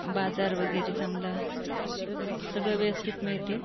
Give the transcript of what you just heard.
बाजार वगेरे चांगला सगळं व्यस्तित मिळते